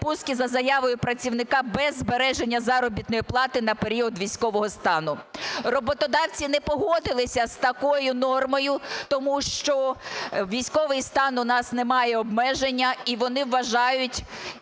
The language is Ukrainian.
відпустки за заявою працівника без збереження заробітної плати на період військового стану. Роботодавці не погодилися з такою нормою, тому що військовий стан у нас немає обмеження, і вони вважають,